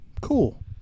Cool